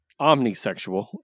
omnisexual